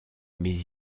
mes